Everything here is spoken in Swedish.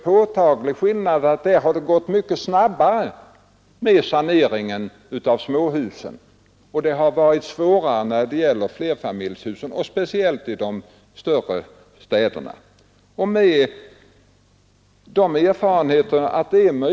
Dåvarande ordföranden i högerpartiet, herr Hjalmarson, försummade aldrig under valrörelserna att säga: ”Jag har aldrig bett om att få subvention med 6 000—-7 000 kronor om året för att bringa ned kostnaderna i min bostad.